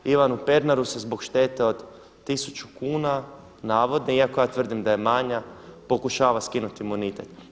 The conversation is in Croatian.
Ivanu Pernaru se zbog štete od 1000 kuna navodne, iako ja tvrdim da je manja pokušava skinuti imunitet.